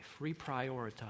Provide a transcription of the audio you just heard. Reprioritize